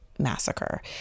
massacre